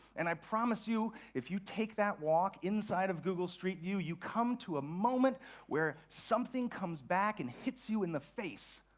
and i promise you, if you take that walk inside google streetview, you come to a moment where something comes back and hits you in the face.